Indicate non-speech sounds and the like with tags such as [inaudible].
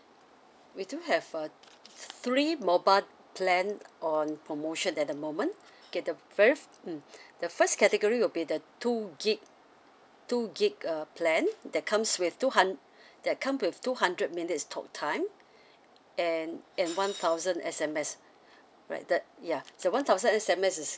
we do have uh three mobile plan on promotion at the moment okay the very mm the first category will be the two gig two gig uh plan that comes with two hun~ that come with two hundred minutes talktime [breath] and and one thousand S_M_S right the ya the one thousand S_M_S is